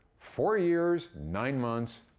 four years, nine months,